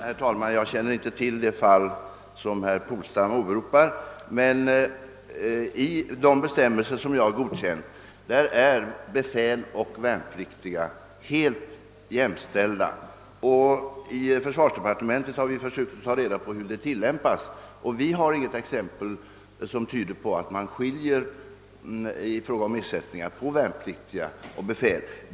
Herr talman! Jag känner inte till det fall som herr Polstam åberopar, men i de bestämmelser som jag godkänt är befäl och värnpliktiga helt jämställda. I försvarsdepartementet har vi försökt ta reda på hur bestämmelserna tillämpas, och vi har inte funnit något exempel som tyder på att man i fråga om ersättningar skiljer på värnpliktiga och befäl.